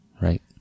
Right